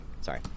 Sorry